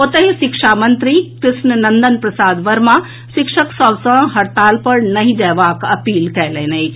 ओतहि शिक्षा मंत्री कृष्ण नंदन प्रसाद वर्मा शिक्षक सभ सँ हड़ताल पर नहि जएबाक अपील कएलनि अछि